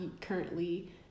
currently